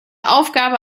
aufgabe